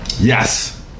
Yes